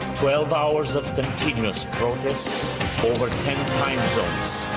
twelve hours of continuous protest over ten time zones,